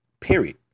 period